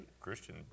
Christian